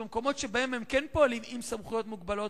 במקומות שבהם כן פועלים עם סמכויות מוגבלות,